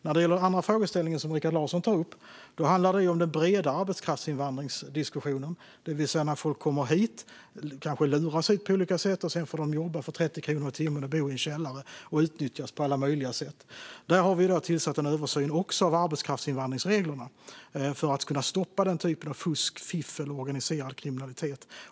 När det gäller den andra frågeställning som Rikard Larsson tar upp handlar den om den breda arbetskraftsinvandringsdiskussionen, det vill säga när folk kommer hit - kanske luras hit på olika sätt - och sedan får jobba för 30 kronor i timmen, bo i en källare och utnyttjas på alla möjliga sätt. Där har vi tillsatt en utredning som ska se över arbetskraftsinvandringsreglerna för att kunna stoppa den typen av fusk, fiffel och organiserad kriminalitet.